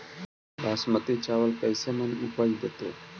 बासमती चावल कैसे मन उपज देतै?